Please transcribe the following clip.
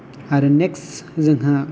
आरो नेक्स्ट जोंहा